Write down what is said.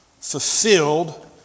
fulfilled